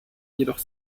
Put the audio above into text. jedoch